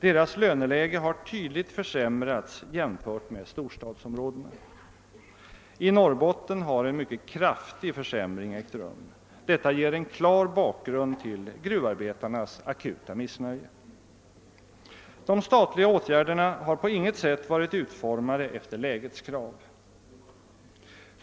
Deras löneläge har tydligt försämrats jämfört med storstadsområdena. I Norrbotten har en mycket kraftig försämring ägt rum. Detta ger en klar bakgrund till gruvarbetarnas akuta missnöje. De statliga åtgärderna har på inget sätt varit utformade efter lägets krav.